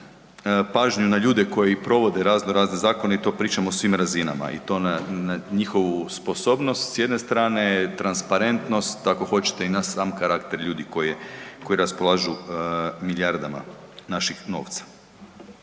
pažnju na ljude koji provode raznorazne zakone i to pričamo na svim razinama i to na njihovu sposobnost, s jedne strane transparentnost, ako hoćete i na sam karakter ljudi koji raspolažu milijardama naših novca.